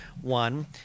one